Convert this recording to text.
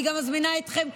אני גם מזמינה אתכם,